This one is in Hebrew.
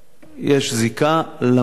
יש זיקה למענה.